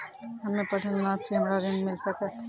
हम्मे पढ़ल न छी हमरा ऋण मिल सकत?